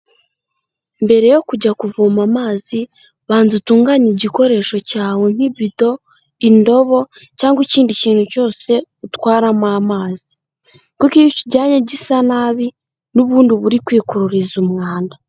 Mbere yo kujya kuvoma amazi banza utunganye igikoresho cyawe nk'ibido, indobo cyangwa ikindi kintu cyose utwaramo amazi, kuko iyo ukijyanya gisa nabi n'ubundi uba uri kwikururiza umwanda.